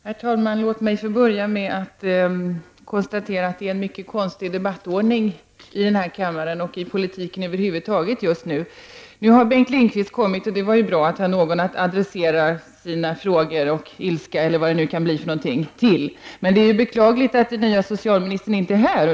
Herr talman! Låt mig få börja med att konstatera att det är en mycket konstig debattordning i denna kammare och i politiken över huvud taget just nu. Nu har Bengt Lindqvist kommit till kammaren. Och det är bra att det finns något statsråd som vi kan adressera våra frågor, vår ilska, osv. till. Men det är beklagligt att den nya socialministern inte är här.